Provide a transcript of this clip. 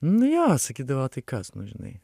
nu jo sakydavo tai kas nu žinai